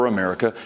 America